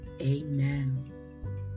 Amen